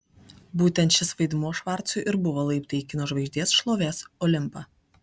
būtent šis vaidmuo švarcui ir buvo laiptai į kino žvaigždės šlovės olimpą